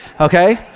okay